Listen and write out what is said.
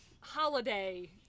holiday